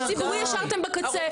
את הציבורי השארתם בקצה.